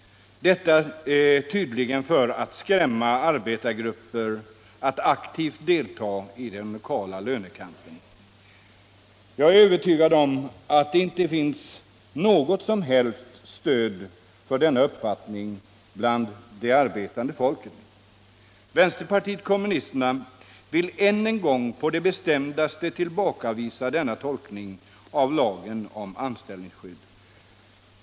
Detta tydligen för att skrämma arbetargrupper från att aktivt delta i den lokala lönekampen. Jag är övertygad om att det inte finns något som helst stöd för denna uppfattning hos det arbetande folket. Vänsterpartiet kommunisterna vill än en gång på det bestämdaste tillbakavisa denna tolkning av lagen om anställningsskydd.